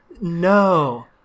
No